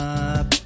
up